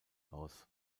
aus